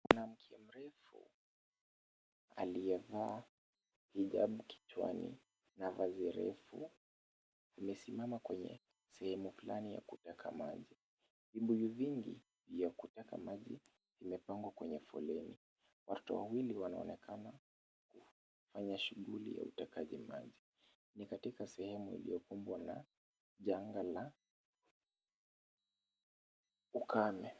Mwanamke mrefu aliyevaa hijabu kichwani na vazi refu amesimama kwenye sehemu fulani ya kuteka maji. Vibuyu vingi vya kuteka maji vimepangwa kwenye foleni. Watoto wawili wanaonekana kufanya shughuli ya utekaji maji. Ni katika sehemu iliyokumbwa na janga la ukame.